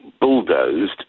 bulldozed